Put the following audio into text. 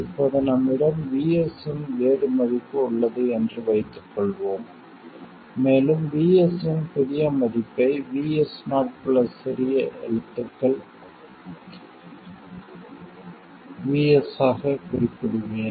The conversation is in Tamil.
இப்போது நம்மிடம் VS இன் வேறு மதிப்பு உள்ளது என்று வைத்துக்கொள்வோம் மேலும் VS இன் புதிய மதிப்பை VS0 பிளஸ் சில சிறிய எழுத்துக்கள் VS ஆகக் குறிப்பிடுவேன்